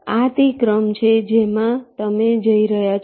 આ તે ક્રમ છે જેમાં તમે જઈ રહ્યા છો